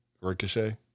Ricochet